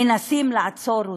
מנסים לעצור אותם.